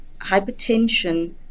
hypertension